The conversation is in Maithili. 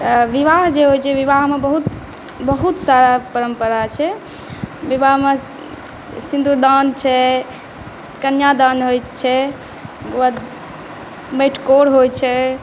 विवाह जे होइ छै विवाहमे बहुत बहुत सारा परम्परा छै विवाहमे सिन्दुरदान छै कन्यादान होइत छै तकर बाद मटिकोर होइ छै